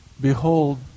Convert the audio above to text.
behold